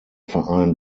verein